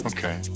Okay